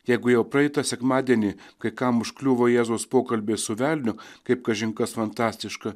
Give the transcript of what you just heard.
jeigu jau praeitą sekmadienį kai kam užkliuvo jėzaus pokalbiai su velniu kaip kažin kas fantastiška